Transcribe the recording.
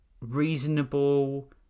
reasonable